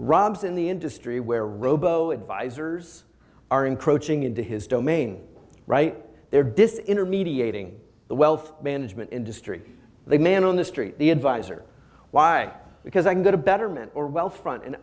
robs in the industry where robo advisors are encroaching into his domain right there dis intermediating the wealth management industry they man on the street the advisor why because i can get a better man or wealth front and